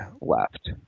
left